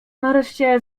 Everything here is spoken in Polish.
nareszcie